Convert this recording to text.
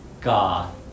God